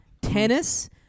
Tennis